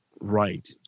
right